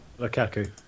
Lukaku